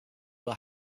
will